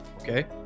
okay